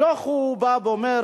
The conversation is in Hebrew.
הדוח בא ואומר,